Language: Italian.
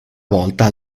volta